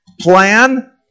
plan